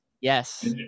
Yes